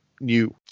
new